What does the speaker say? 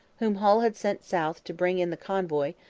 whom hull had sent south to bring in the convoy,